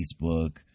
Facebook